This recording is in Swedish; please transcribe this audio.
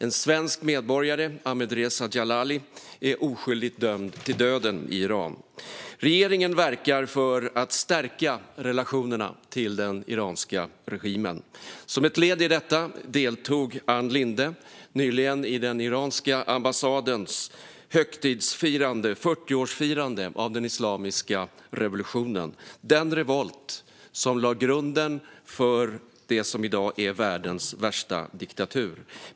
En svensk medborgare, Ahmadreza Djalali, är oskyldigt dömd till döden i Iran. Regeringen verkar för att stärka relationerna till den iranska regimen. Som ett led i detta deltog Ann Linde nyligen i den iranska ambassadens högtidliga 40-årsfirande av den islamiska revolutionen - den revolt som lade grunden för det som i dag är världens värsta diktatur.